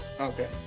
Okay